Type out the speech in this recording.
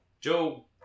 Joe